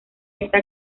esta